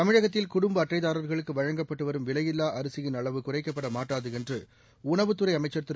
தமிழகத்தில் குடும்ப அட்டைதாரா்களுக்கு வழங்கப்பட்டு வரும் விலையில்லா அரிசியின் அளவு குறைக்கப்படமாட்டாது என்று உணவுத்துறை அமைச்சர் திரு